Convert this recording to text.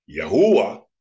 Yahuwah